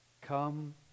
come